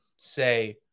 say